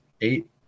Eight